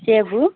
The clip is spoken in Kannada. ಸೇಬು